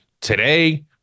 today